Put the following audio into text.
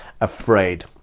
afraid